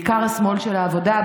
בעיקר השמאל של העבודה,